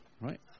right